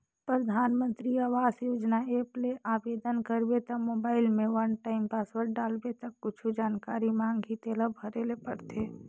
परधानमंतरी आवास योजना ऐप ले आबेदन करबे त मोबईल में वन टाइम पासवर्ड डालबे ता कुछु जानकारी मांगही तेला भरे ले परथे